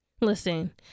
listen